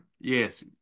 Yes